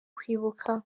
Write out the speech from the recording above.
kwibuka